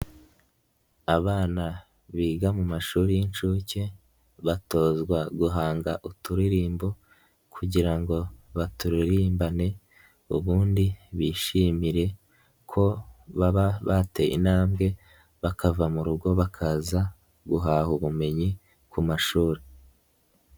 Abana biga mu mashuri y'inshuke batozwa guhanga uturirimbo kugira ngo baturirimbane, ubundi bishimire ko baba bateye intambwe, bakava mu rugo bakaza guhaha ubumenyi ku mashuri.